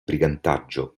brigantaggio